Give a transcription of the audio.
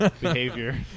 Behavior